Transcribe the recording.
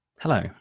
Hello